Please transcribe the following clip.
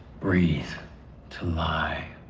breathe to lie,